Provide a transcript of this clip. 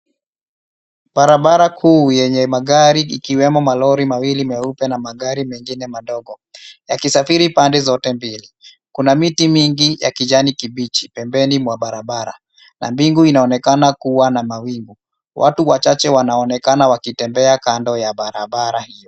Barabara kuu yenye magari ikiwemo malori mawili meupe na magari mengine madogo, yakisafiri pande zote mbili. Kuna miti mingi ya kijani kibichi pembeni mwa barabara na mbingu inaonekana kuwa na mawingu. Watu wachache wanaonekana wakitembea kando ya barabara hiyo.